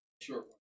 Sure